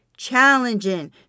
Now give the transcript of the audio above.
Challenging